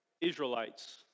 Israelites